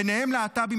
ובהם להט"בים,